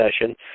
session